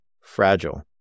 fragile